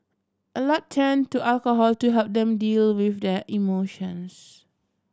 a lot turn to alcohol to help them deal with their emotions